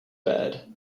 bad